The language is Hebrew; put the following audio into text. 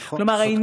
כלומר, נכון.